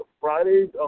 Friday's